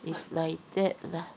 is like that lah